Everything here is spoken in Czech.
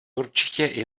určitě